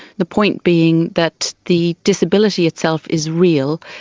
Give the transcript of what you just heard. the point being that the disability itself is real,